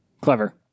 clever